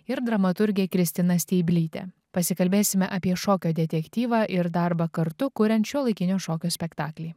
ir dramaturge kristina steiblyte pasikalbėsime apie šokio detektyvą ir darbą kartu kuriant šiuolaikinio šokio spektaklį